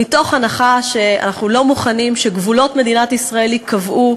מתוך הנחה שאנחנו לא מוכנים שגבולות מדינת ישראל ייקבעו,